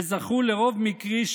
וזכו לרוב מקרי,